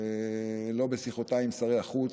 לא בשיחותיי עם שרי החוץ,